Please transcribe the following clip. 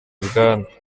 ibwami